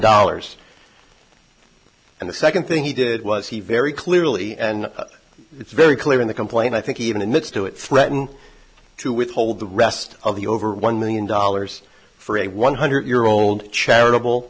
dollars and the second thing he did was he very clearly and it's very clear in the complaint i think even admits to it threaten to withhold the rest of the over one million dollars for a one hundred year old charitable